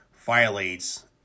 violates